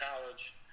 college